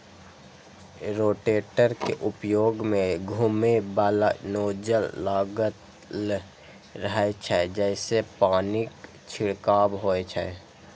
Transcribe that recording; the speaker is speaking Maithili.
रोटेटर के ऊपर मे घुमैबला नोजल लागल रहै छै, जइसे पानिक छिड़काव होइ छै